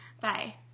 Bye